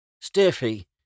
Stiffy